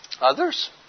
Others